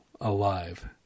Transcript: alive